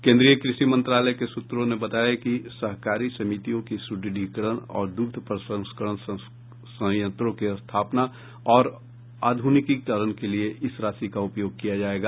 केन्द्रीय कृषि मंत्रालय के सूत्रों ने बताया कि सहकारी समितियों की सुदृढ़ीकरण और दुग्ध प्रस्संकरण संयंत्रों की स्थापना और आधुनिकीकरण के लिये इस राशि का उपयोग किया जायेगा